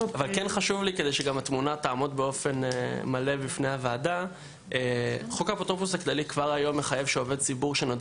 כדי שהתמונה תעמוד באופן מלא בפני הוועדה חשוב לי לומר